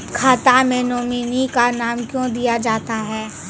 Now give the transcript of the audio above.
खाता मे नोमिनी का नाम क्यो दिया जाता हैं?